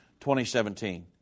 2017